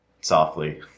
Softly